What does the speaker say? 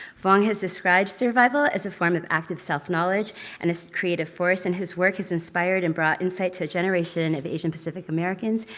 vuong has described survival as a form of active self-knowledge and as a creative force, and his work has inspired and brought insight to a generation of asian-pacific americans,